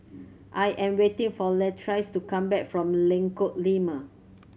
I am waiting for Latrice to come back from Lengkong Lima